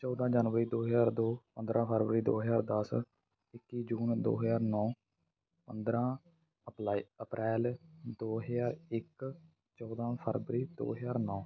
ਚੌਦਾਂ ਜਨਵਰੀ ਦੋ ਹਜ਼ਾਰ ਦੋ ਪੰਦਰਾਂ ਫਰਵਰੀ ਦੋ ਹਜ਼ਾਰ ਦਸ ਇੱਕੀ ਜੂਨ ਦੋ ਹਜ਼ਾਰ ਨੌ ਪੰਦਰਾਂ ਅਪ੍ਰੈਲ ਦੋ ਹਜ਼ਾਰ ਇੱਕ ਚੌਦਾਂ ਫਰਵਰੀ ਦੋ ਹਜ਼ਾਰ ਨੌ